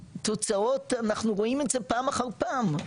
התוצאות אנחנו רואים את זה פעם אחר פעם,